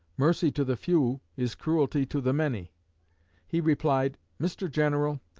mercy to the few is cruelty to the many he replied mr. general,